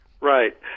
Right